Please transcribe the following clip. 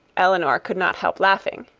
elinor could not help laughing.